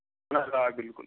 اَہن حظ آ بِلکُل